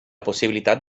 possibilitat